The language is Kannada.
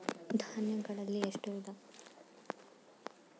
ಧಾನ್ಯಗಳಲ್ಲಿ ಎಷ್ಟು ವಿಧ?